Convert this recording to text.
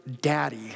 Daddy